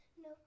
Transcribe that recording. No